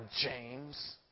James